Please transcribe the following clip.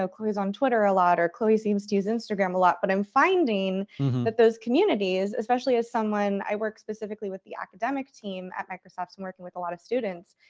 so chloe's on twitter a lot or chloe seems to use instagram a lot. but i'm finding that those communities, especially as someone, i work specifically with the academic team at microsoft, so i'm working with a lot of students.